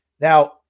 Now